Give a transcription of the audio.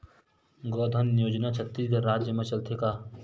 गौधन योजना छत्तीसगढ़ राज्य मा चलथे का?